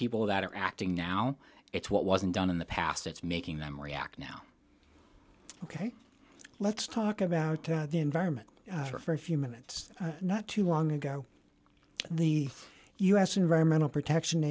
people that are acting now it's what wasn't done in the past it's making them react now ok let's talk about the environment for a few minutes not too long ago the u s environmental protection